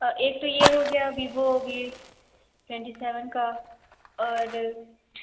एक तो ये हो गया वीवो वी ट्वेंटी सेवन का और